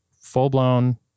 full-blown